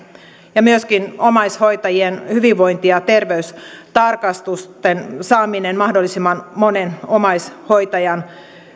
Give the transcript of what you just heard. ja myöskin omaishoitajien hyvinvointi ja terveystarkastusten saaminen mahdollisimman monen omaishoitajan